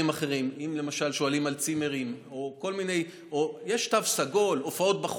אחרים: אם למשל שואלים על צימרים או הופעות בחוץ,